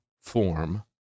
form